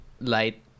light